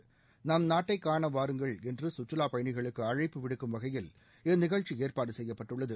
நம் நாட்டை காண வாருங்கள் என்று கற்றுவா பயணிகளுக்கு அழப்பு விடுக்கும் வகையில் இந்நிகழ்ச்சி ஏற்பாடு செய்யப்பட்டுள்ளது